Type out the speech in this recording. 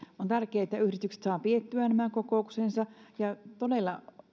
on tärkeää että yhdistykset saavat pidettyä nämä kokouksensa ja on todella